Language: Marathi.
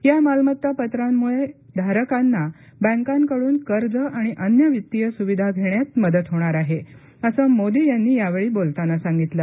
या मालमत्ता पत्रांमुळे धारकांना बँकांकडून कर्ज आणि अन्य वित्तीय सुविधा घेण्यात मदत होणार आहे असं मोदी यांनी यावेळी बोलताना सांगितलं